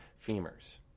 femurs